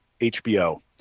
HBO